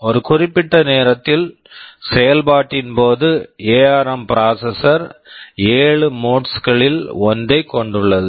ஒரு குறிப்பிட்ட நேரத்தில் செயல்பாட்டின் போது ARM ARM processor processor 7 modes modes களில் ஒன்றை கொண்டுள்ளது